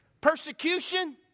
persecution